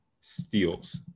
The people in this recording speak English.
steals